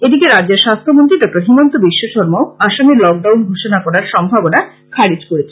এদিকে রাজ্যের স্বাস্থ্যমন্ত্রী ড হিমন্ত বিশ্ব শর্মাও আসামে লকডাউন ঘোষনা করার সম্ভাবনা খারিজ করেছেন